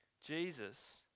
Jesus